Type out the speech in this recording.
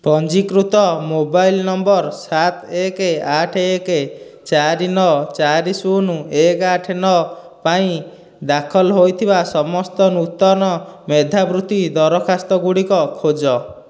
ପଞ୍ଜୀକୃତ mobile number ସାତ ଏକ ଆଠ ଏକ ଚାର ନଅ ଚାର ଶୂନ ଏକ ଆଠ ନଅ ପାଇଁ ଦାଖଲ ହୋଇଥିବା ସମସ୍ତ ନୂତନ ମେଧାବୃତ୍ତି ଦରଖାସ୍ତଗୁଡ଼ିକ ଖୋଜ